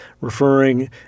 referring